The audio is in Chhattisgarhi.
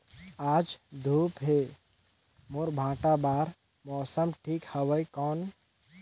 आज धूप हे मोर भांटा बार मौसम ठीक हवय कौन?